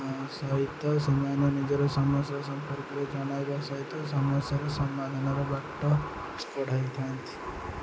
ସହିତ ସେମାନେ ନିଜର ସମସ୍ୟା ସମ୍ପର୍କରେ ଜଣାଇବା ସହିତ ସମସ୍ୟାର ସମାଧାନର ବାଟ କଢ଼ାଇଥାନ୍ତି